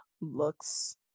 looks